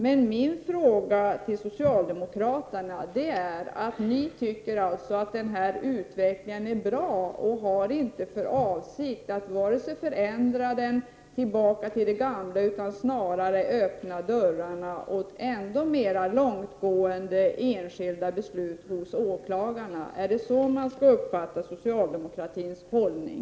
Men ni socialdemokrater tycker alltså att denna utveckling är bra och har inte för avsikt att föra den tillbaka till det gamla utan vill snarare öppna dörrarna åt ännu mera långtgående enskilda beslut hos åklagarna. Är det så man skall uppfatta socialdemokratins hållning?